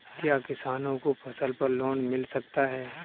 क्या किसानों को फसल पर लोन मिल सकता है?